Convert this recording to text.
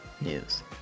news